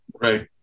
Right